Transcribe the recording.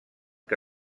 que